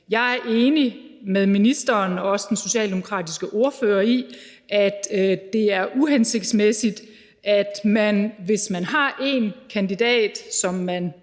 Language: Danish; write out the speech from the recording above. Jeg er enig med ministeren og også den socialdemokratiske ordfører i, at det er uhensigtsmæssigt, at man, hvis man har en kandidatuddannelse, som man